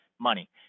money